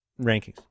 rankings